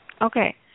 Okay